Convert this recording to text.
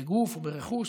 בגוף או ברכוש.